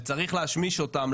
וצריך להשמיש אותם,